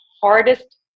hardest